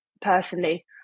personally